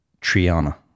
Triana